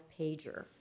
pager